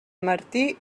martí